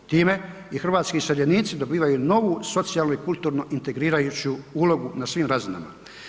Time i hrvatski iseljenici dobivaju novu socijalnu i kulturno integrirajuću ulogu na svim razinama.